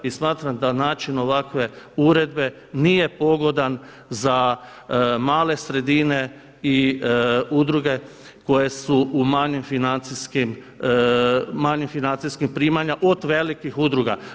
I smatram da način ovakve uredbe nije pogodan za male sredine i udruge koje su manjih financijskih primanja od velikih udruga.